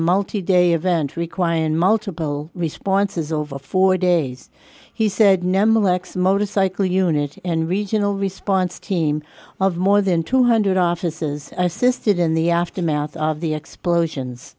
multi day event requiring multiple responses over four days he said number lex motorcycle unit and regional response team of more than two hundred offices assisted in the aftermath of the explosions